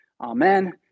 Amen